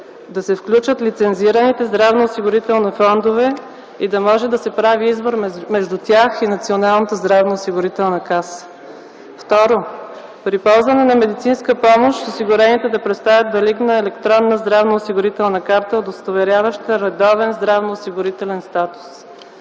да се включат лицензираните здравноосигурителни фондове и да може да се прави избор между тях и Националната здравноосигурителна каса. Второ, при ползване на медицинска помощ осигурените да представят валидна електронна здравноосигурителна карта, удостоверяваща редовен здравноосигурителен статус.